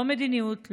לא מדיניות,